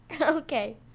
Okay